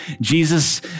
Jesus